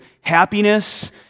happiness